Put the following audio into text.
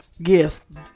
Gifts